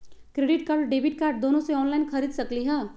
Credit card और debit card दोनों से ऑनलाइन खरीद सकली ह?